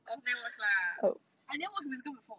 I also never watch lah I never watch musical before